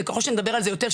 וככל שנדבר על זה יותר,